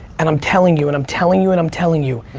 and i'm telling you, and i'm telling you, and i'm telling you,